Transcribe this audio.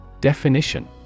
Definition